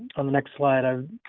on the next slide, ah